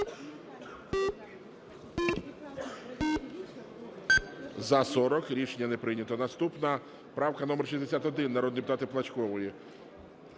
За-40 Рішення не прийнято. Наступна правка - номер 61, народного депутата Плачкової.